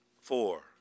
Four